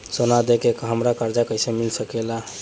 सोना दे के हमरा कर्जा कईसे मिल सकेला?